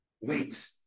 Wait